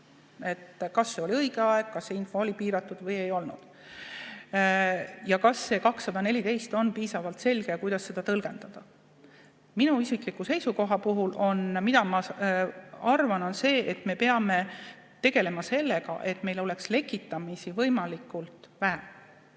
kas see oli õige aeg, kas see info oli piiratud või ei olnud ja kas § 214 on piisavalt selge ja kuidas seda tõlgendada. Minu isiklik seisukoht on see, et me peame tegelema sellega, et meil oleks lekitamist võimalikult vähe.